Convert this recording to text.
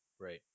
Right